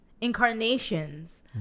incarnations